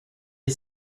est